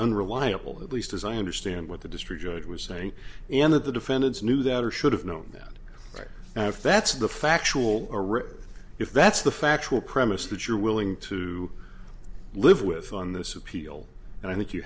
unreliable at least as i understand what the district judge was saying and of the defendants knew that or should have known that right now if that's the factual or a river if that's the factual premise that you're willing to live with on this appeal and i think you